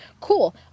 cool